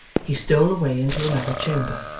he stole away into another chamber.